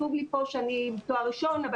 כתוב לי פה שאני עם תואר ראשון אבל